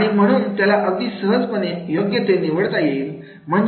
आणि म्हणून त्याला अगदी सहजपणे योग्य ते निवडता येईल